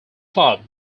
clubs